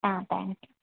thank you